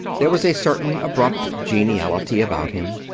there was a certain abrupt geniality about him.